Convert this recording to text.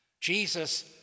Jesus